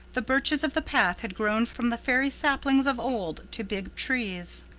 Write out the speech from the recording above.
the birches of the path had grown from the fairy saplings of old to big trees.